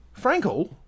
Frankel